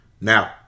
Now